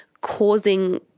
causing